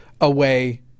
away